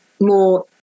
more